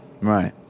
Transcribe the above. right